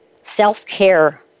self-care